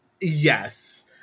yes